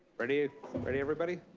ready ah ready everybody?